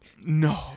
No